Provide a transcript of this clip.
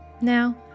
Now